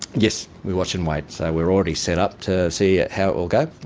yes, we watch and wait. so we're already set up to see how it will go,